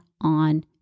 on